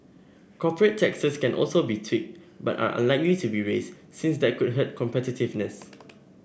corporate taxes can also be tweaked but are unlikely to be raised since that could hurt competitiveness